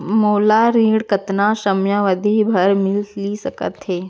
मोला ऋण कतना समयावधि भर मिलिस सकत हे?